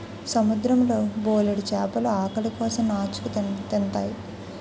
సముద్రం లో బోలెడు చేపలు ఆకలి కోసం నాచుని తింతాయి